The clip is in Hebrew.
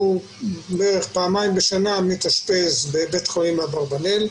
בערך פעמיים בשנה הוא מתאשפז בבית חולים אברבנאל,